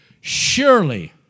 surely